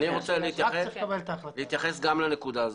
אני רוצה להתייחס לנקודה הזאת.